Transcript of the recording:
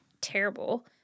terrible